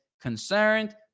concerned